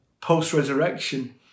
post-resurrection